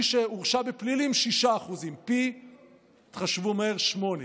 מי שהורשע בפלילים, 6%, ותחשבו מהר, פי שמונה.